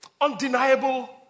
undeniable